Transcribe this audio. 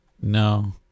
No